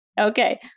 Okay